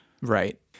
right